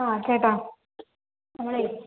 ആ ചേട്ടാ നമ്മളെ